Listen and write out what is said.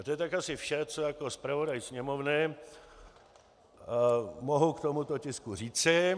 A to je tak asi vše, co jako zpravodaj Sněmovny mohu k tomuto tisku říci.